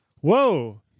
Whoa